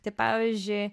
tai pavyzdžiui